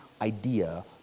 idea